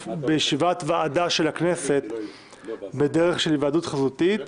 בישיבת ועדה של הכנסת בדרך של היוועדות חזותית,